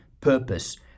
purpose